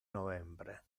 novembre